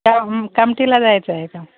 कम कामठीला जायचं आहे का